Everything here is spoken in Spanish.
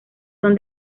son